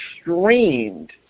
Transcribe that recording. streamed